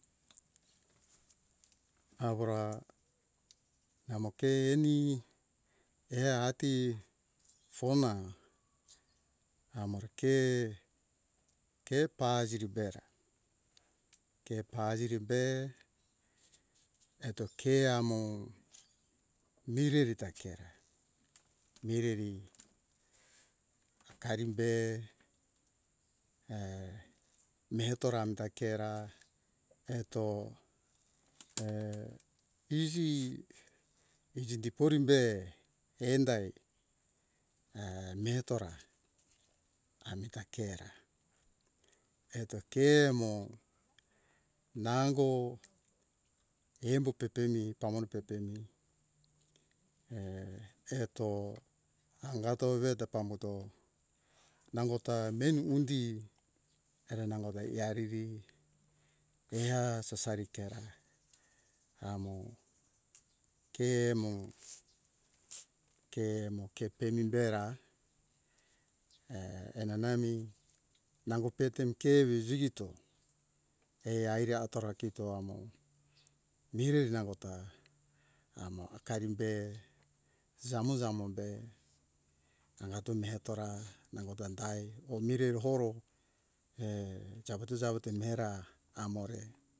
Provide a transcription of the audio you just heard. Awora namo ke eni e ati fona amore ke ke paziri bera ke paziri be eto ke amo mireri ta ke ra mireri hakari be e mehetora ke ra eto e izi izi diporimbe endai e mehetora amita kera eto ke amo nango embo pepemi pamone pepemi e eto hangato veto pambuto nango ta meni undi ere nango da ia riri eha sasai kera amo ke mo ke mo ke pemi bera e enanami nango petemi ke evi jigito e aire atora kito amo mireri nangota amo hakarim be zamo